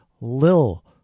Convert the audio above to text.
Lil